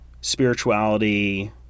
spirituality